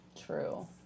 true